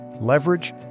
leverage